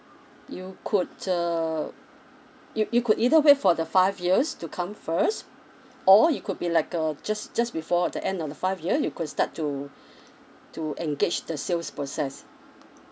you could uh you you could either wait for the five years to come first or you could be like uh just just before the end of the five year you could start to to engage the sales process